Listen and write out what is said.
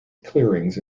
clearings